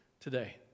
today